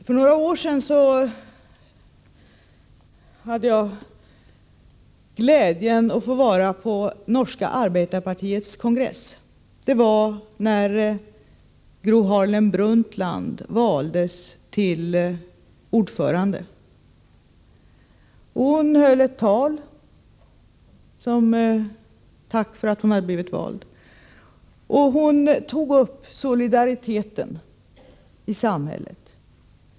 För några år sedan hade jag glädjen att vara på det norska arbeiderpartiets kongress. Det var när Gro Harlem Brundtland valdes till ordförande. Hon höll ett tal som tack för att hon blivit vald, där hon tog upp solidariteten i samhället.